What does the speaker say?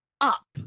up